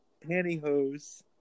pantyhose